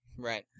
Right